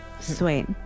Sweet